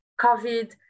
COVID